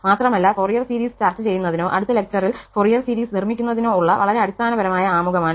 മാത്രമല്ല Fourier series ചർച്ച ചെയ്യുന്നതിനോ അടുത്ത ലെക്ചറിൽ ഫൊറിയർ സീരീസ് നിർമ്മിക്കുന്നതിനോ ഉള്ള വളരെ അടിസ്ഥാനപരമായ ആമുഖമാണിത്